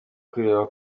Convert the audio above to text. kureba